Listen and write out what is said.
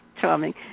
charming